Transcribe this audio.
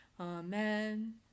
Amen